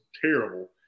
terrible